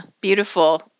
beautiful